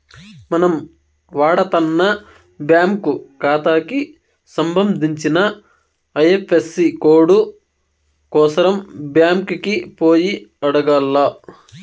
మనం వాడతన్న బ్యాంకు కాతాకి సంబంధించిన ఐఎఫ్ఎసీ కోడు కోసరం బ్యాంకికి పోయి అడగాల్ల